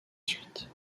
suite